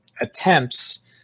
attempts